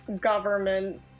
government